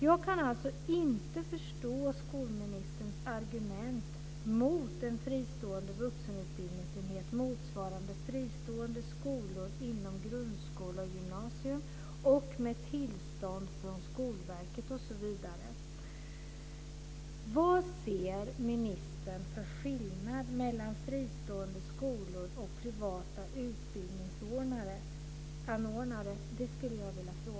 Jag kan inte förstå skolministerns argument mot en fristående vuxenutbildningsenhet motsvarande fristående skolor inom grundskola och gymnasium, med tillstånd från Skolverket osv. Herr talman! Vad ser ministern för skillnad mellan fristående skolor och privata utbildningsanordnare?